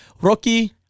Rocky